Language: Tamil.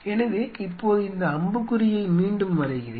எனவே இப்போது இந்த அம்புக்குறியை மீண்டும் வரைகிறேன்